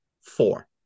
four